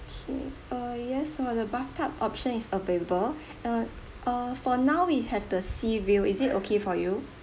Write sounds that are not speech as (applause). okay uh yes for the bathtub option is available (breath) uh uh for now we have the seaview is it okay for you